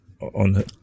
on